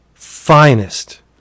finest